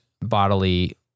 bodily